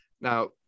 Now